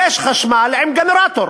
יש חשמל עם גנרטור.